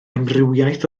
amrywiaeth